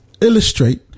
illustrate